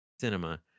cinema